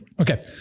Okay